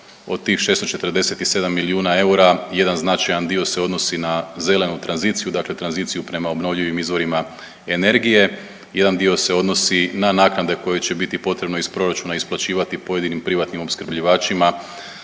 od tih 647 milijuna eura jedan značajan dio se odnosi na zelenu tranziciju, dakle tranziciju prema obnovljivim izvorima energije. Jedan dio se odnosi na naknade koje će biti potrebno iz proračuna isplaćivati pojedinim privatnim opskrbljivačima